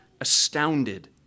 astounded